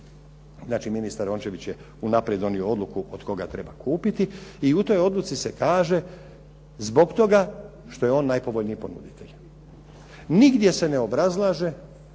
Znači, ministar Rončević je unaprijed donio odluku od koga treba kupiti i u toj odluci se kaže zbog toga što je on najpovoljniji ponuditelj. Nigdje se ne obrazlaže